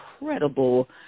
incredible